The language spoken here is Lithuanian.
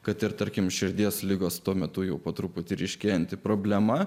kad ir tarkim širdies ligos tuo metu jau po truputį ryškėjanti problema